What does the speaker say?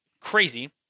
crazy